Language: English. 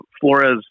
Flores